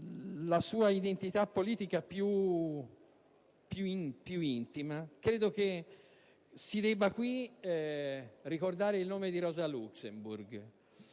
la sua identità politica più intima, si debba qui ricordare quello di Rosa Luxemburg.